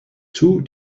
two